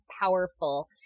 powerful